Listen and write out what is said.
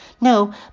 No